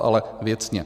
Ale věcně.